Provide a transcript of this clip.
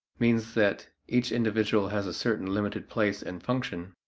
means that each individual has a certain limited place and function,